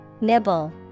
Nibble